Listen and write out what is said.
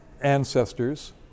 ancestors